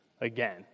again